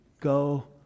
go